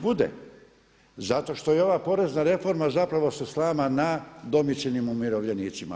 Bude, zato što i ova porezna reforma zapravo se slama na domicilnim umirovljenicima.